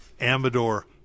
Amador